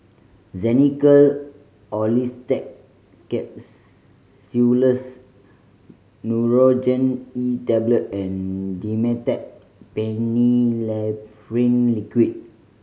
Xenical Orlistat Nurogen E Tablet and Dimetapp Phenylephrine Liquid